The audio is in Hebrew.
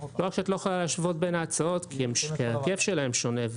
את לא יכולה להשוות בין ההצעות כי ההיקף שלהן שונה,